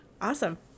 Awesome